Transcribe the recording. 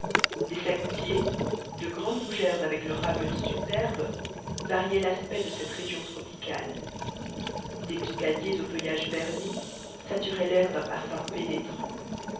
des sagoutiers de grandes fougères avec leur ramure superbe variaient l'aspect de cette région tropicale des muscadiers au feuillage verni saturaient l'air d'un parfum pénétrant